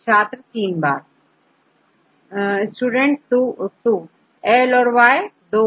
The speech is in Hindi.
छात्र3 Student 2 Student 1 L औरY